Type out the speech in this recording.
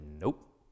Nope